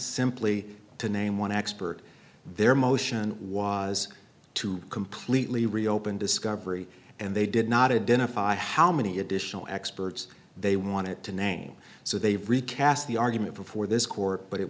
simply to name one expert their motion was to completely reopen discovery and they did not identify how many additional experts they wanted to name so they've recast the argument before this court